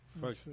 Fuck